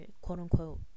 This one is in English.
quote-unquote